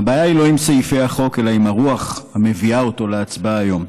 הבעיה היא לא עם סעיפי החוק אלא עם הרוח המביאה אותו להצבעה היום.